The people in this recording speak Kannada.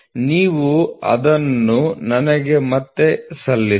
ನೀವು ಅದನ್ನು ನನಗೆ ಮತ್ತೆ ಸಲ್ಲಿಸಿ